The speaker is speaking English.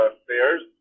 stairs